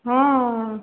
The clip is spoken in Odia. ହଁ